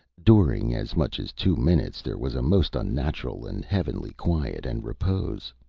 during as much as two minutes there was a most unnatural and heavenly quiet and repose,